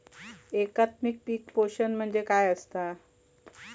एकात्मिक पीक पोषण म्हणजे काय असतां?